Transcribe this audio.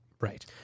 Right